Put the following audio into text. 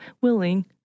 willing